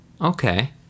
Okay